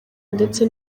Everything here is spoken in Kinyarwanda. ndetse